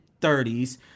30s